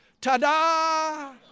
Ta-da